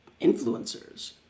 influencers